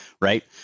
Right